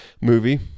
movie